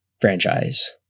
franchise